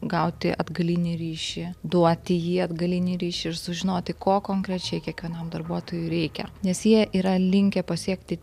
gauti atgalinį ryšį duoti jį atgalinį ryšį ir sužinoti ko konkrečiai kiekvienam darbuotojui reikia nes jie yra linkę pasiekti